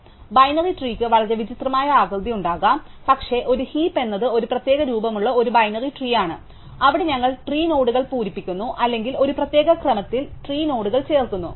അതിനാൽ ബൈനറി ട്രീക്ക് വളരെ വിചിത്രമായ ആകൃതിയുണ്ടാകാം പക്ഷേ ഒരു ഹീപ് എന്നത് ഒരു പ്രത്യേക രൂപമുള്ള ഒരു ബൈനറി ട്രീ ആണ് അവിടെ ഞങ്ങൾ ട്രീ നോഡുകൾ പൂരിപ്പിക്കുന്നു അല്ലെങ്കിൽ ഒരു പ്രത്യേക ക്രമത്തിൽ ട്രീ നോഡുകൾ ചേർക്കുന്നു